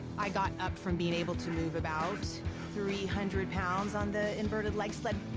i got up from being able to move about three hundred pounds on the inverted leg sled,